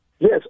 Yes